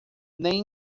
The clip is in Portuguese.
nem